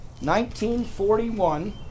1941